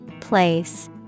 Place